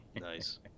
Nice